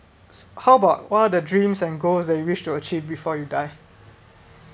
how about one of the dreams and goals that you wish to achieve before you die